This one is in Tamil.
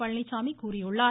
பழனிச்சாமி கூறியுள்ளார்